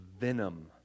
venom